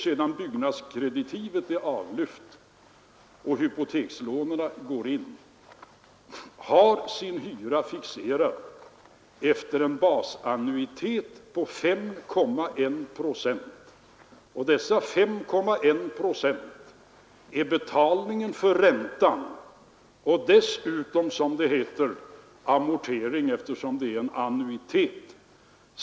Sedan byggnadskreditivet är avlyft och hypotekslånen går in, har de nyproducerade lägenheterna sin hyra fixerad efter en basannuitet på 5,1 procent. Dessa 5,1 procent är betalningen för räntan och dessutom amortering — eftersom det är en annuitet.